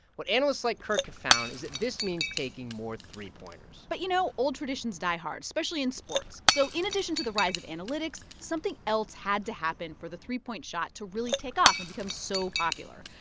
what analysts like kirk have found is that this means taking more three pointers but, you know, old traditions die hard, especially in sports. so in addition to the rise of analytics, something else had to happen for the three point shot to really take off and become so popular.